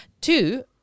two